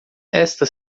esta